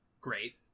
Great